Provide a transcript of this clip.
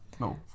No